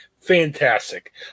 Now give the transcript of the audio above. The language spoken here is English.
Fantastic